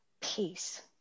peace